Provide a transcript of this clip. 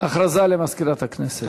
הודעה למזכירת הכנסת.